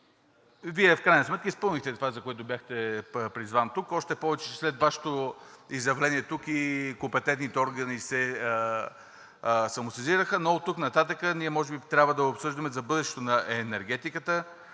Вие в крайна сметка изпълнихте това, за което бяхте призован тук. От Вашето изявление тук и компетентните органи се самосезираха, но оттук нататък ние може би трябва да обсъждаме бъдещето на енергетиката,